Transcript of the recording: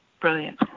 brilliant